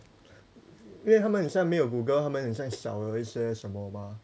因为他们很像没有 google 他们很像少了一下什么嘛